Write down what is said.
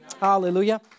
Hallelujah